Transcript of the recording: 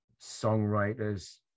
songwriters